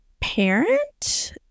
parent